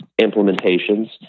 implementations